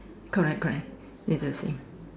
correct correct need to see